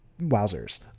wowzers